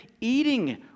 eating